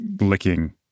licking